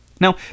Now